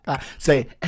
say